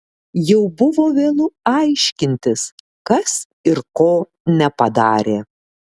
jau buvo vėlu aiškintis kas ir ko nepadarė